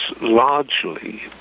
largely